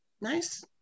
Nice